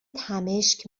تمشک